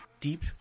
Deep